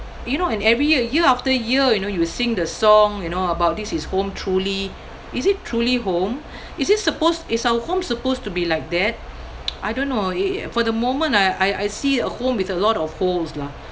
you know and every year year after year you know you sing the song you know about this is home truly is it truly home is this supposed is our home supposed to be like that I don't know it it for the moment ah I I see a home with a lot of holes lah